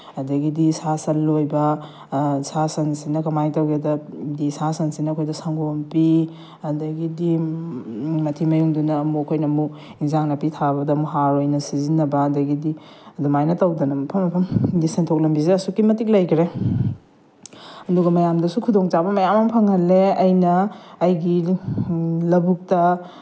ꯑꯗꯒꯤꯗꯤ ꯁꯥ ꯁꯟ ꯂꯣꯏꯕ ꯁꯥ ꯁꯟꯁꯤꯅ ꯀꯃꯥꯏꯅ ꯇꯧꯒꯦꯗ ꯗꯤ ꯁꯥ ꯁꯟꯁꯤꯅ ꯑꯩꯈꯣꯏꯗ ꯁꯪꯒꯣꯝ ꯄꯤ ꯑꯗꯒꯤꯗꯤ ꯃꯊꯤ ꯃꯌꯨꯡꯗꯨꯅ ꯑꯃꯨꯛ ꯑꯩꯈꯣꯏꯅ ꯑꯃꯨꯛ ꯑꯦꯟꯁꯥꯡ ꯅꯥꯄꯤ ꯊꯥꯕꯗ ꯑꯃꯨꯛ ꯍꯥꯔ ꯑꯣꯏꯅ ꯁꯤꯖꯤꯟꯅꯕ ꯑꯗꯒꯤꯗꯤ ꯑꯗꯨꯃꯥꯏꯅ ꯇꯧꯗꯅ ꯃꯐꯝ ꯃꯐꯝ ꯍꯥꯏꯗꯤ ꯁꯦꯟꯊꯣꯛ ꯂꯝꯕꯤꯁꯦ ꯑꯁꯨꯛꯀꯤ ꯃꯇꯤꯛ ꯂꯩꯈ꯭ꯔꯦ ꯑꯗꯨꯒ ꯃꯌꯥꯝꯗꯁꯨ ꯈꯨꯗꯣꯡꯆꯥꯕ ꯃꯌꯥꯝ ꯑꯃ ꯐꯪꯍꯜꯂꯦ ꯑꯩꯅ ꯑꯩꯒꯤ ꯂꯕꯨꯛꯇ